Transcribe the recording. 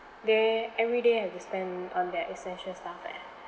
they every day have to spend on their essential stuff leh